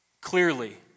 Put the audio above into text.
Clearly